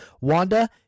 Wanda